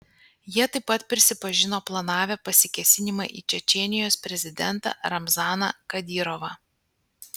jie taip pat prisipažino planavę pasikėsinimą į čečėnijos prezidentą ramzaną kadyrovą